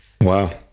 Wow